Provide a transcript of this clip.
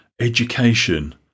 education